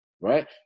right